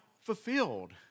fulfilled